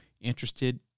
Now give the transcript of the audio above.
interested